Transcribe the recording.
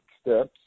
steps